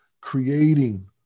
creating